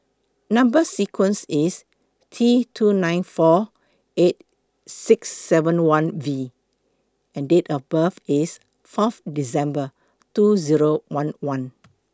Number sequence IS T two nine four eight six seven one V and Date of birth IS four December two Zero one one